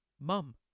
Mum